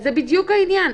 זה בדיוק העניין.